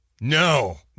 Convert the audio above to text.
No